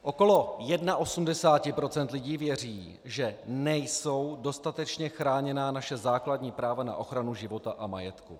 Okolo 81 % lidí věří, že nejsou dostatečně chráněna naše základní práva na ochranu života a majetku.